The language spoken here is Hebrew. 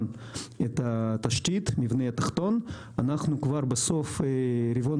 את התשתית של המבנה התחתון אנחנו כבר בסוף הרבעון